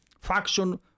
faction